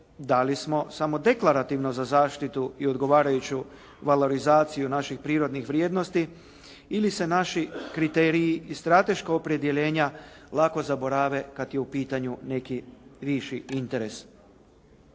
da li smo samo deklarativno za zaštitu i odgovarajuću valorizaciju naših prirodnih vrijednosti ili se naši kriteriji i strateška opredjeljenja lako zaborave kada je u pitanju neki viši interes.